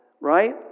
Right